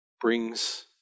brings